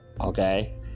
Okay